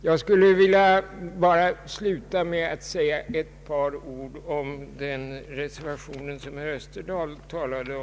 Jag skulle vilja sluta med att säga ett par ord om den reservation som herr Österdahl nyss berörde.